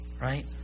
Right